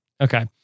Okay